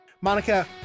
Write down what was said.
Monica